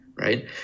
right